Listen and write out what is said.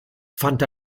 fand